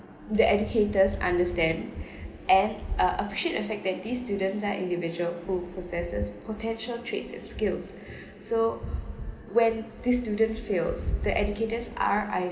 the educators understand and uh appreciate in fact that these students are individual who possesses potential trades and skills so when these student fails the educators are